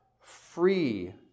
free